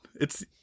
It's-